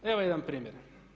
Evo jedan primjer.